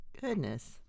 Goodness